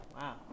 Wow